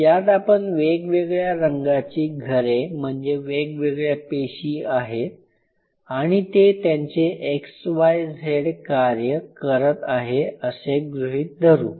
यात आपण वेगवेगळ्या रंगांची घरे म्हणजे वेगवेगळ्या पेशी आहेत आणि ते त्यांचे "XYZ" कार्य करत आहेत असे गृहीत धरू